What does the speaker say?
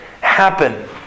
happen